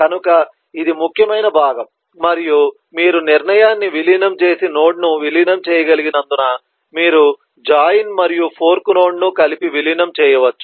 కనుక ఇది ముఖ్యమైన భాగం మరియు మీరు నిర్ణయాన్ని విలీనం చేసి నోడ్ను విలీనం చేయగలిగినందున మీరు జాయిన్ మరియు ఫోర్క్ నోడ్ను కలిపి విలీనం చేయవచ్చు